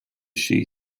she